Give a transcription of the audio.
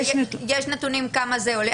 יש נתונים כמה זה עולה?